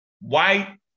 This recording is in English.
white